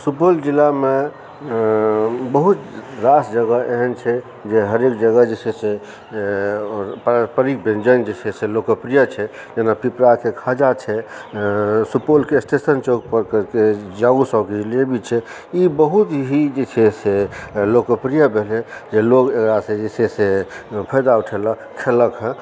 सुपौल जिलामे बहुत रास जगह एहन छै जे हरेक जगह जे छै से आओर परिक व्यञ्जन जे छै से लोकप्रिय छै जेना पिपराके खाजा छै सुपौलके स्टेशन चौक परके जाउ सबक जीलेबी छै ई बहुत हि जे छै से लोकप्रिय भेलै जे लोग एकरा जे छै से फायदा उठेलक खेलक हँ